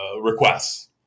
requests